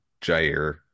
Jair